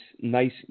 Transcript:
nice